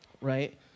Right